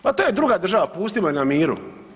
Pa to je druga država, pustimo je na miru.